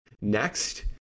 next